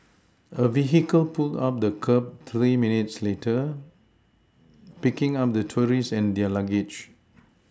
a vehicle pulled up by the kerb three minutes later picking up the tourists and their luggage